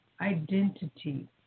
identity